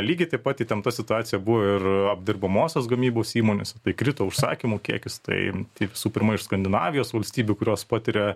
lygiai taip pat įtempta situacija buvo ir apdirbamosios gamybos įmonėse tai krito užsakymų kiekis tai visų pirma iš skandinavijos valstybių kurios patiria